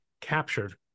captured